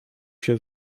się